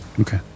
Okay